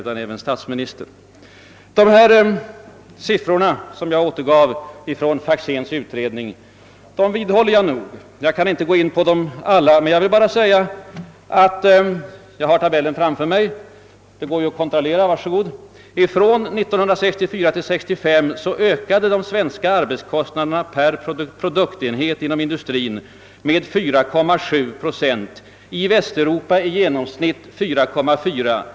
De siffror från Faxéns utredning som jag återgav vidhåller jag. Jag kan inte gå in på dem alla, men vill framhålla — jag har tabellen framför mig och det går bra att kontrollera uppgifterna — att de svenska arbetskostnaderna per produktenhet inom industrin från 1964 till 19653 ökade med 4,7 procent. I västeuropa var motsvarande ökning i genomsnitt 4,4 procent.